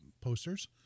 posters